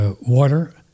Water